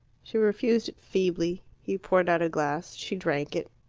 she refused it feebly. he poured out a glass. she drank it.